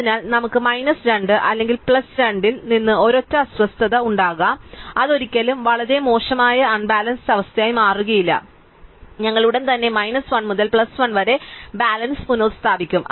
അതിനാൽ നമുക്ക് മൈനസ് 2 അല്ലെങ്കിൽ പ്ലസ് 2 ൽ നിന്ന് ഒരൊറ്റ അസ്വസ്ഥത ഉണ്ടാകാം അത് ഒരിക്കലും വളരെ മോശമായ അൺബാലൻസ്ഡ് അവസ്ഥയായി മാറുകയില്ല ഞങ്ങൾ ഉടൻ തന്നെ മൈനസ് 1 മുതൽ പ്ലസ് 1 വരെ ബാലൻസ് പുനസ്ഥാപിക്കും